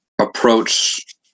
approach